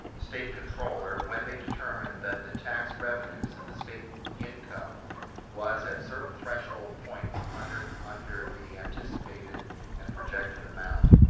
state controller when they determine that the tax revenues and the state income was at certain threshold points under under the anticipated and projected amount.